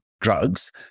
drugs